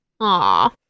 Aw